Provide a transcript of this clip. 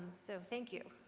so thank you.